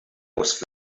was